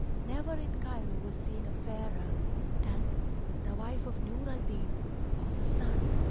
never in cairo was seen a fairer and the wife of nur al-din of a son,